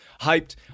hyped